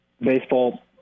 Baseball